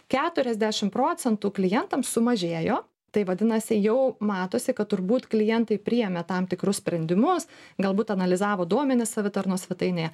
keturiasdešim procentų klientams sumažėjo tai vadinasi jau matosi kad turbūt klientai priėmė tam tikrus sprendimus galbūt analizavo duomenis savitarnos svetainėje